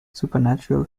supernatural